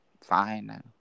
fine